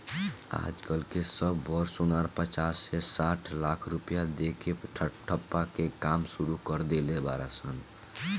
आज कल के सब बड़ सोनार पचास से साठ लाख रुपया दे के ठप्पा के काम सुरू कर देले बाड़ सन